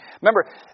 Remember